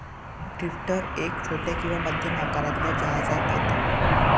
drifter एक छोट्या किंवा मध्यम आकारातल्या जहाजांत येता